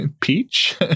Peach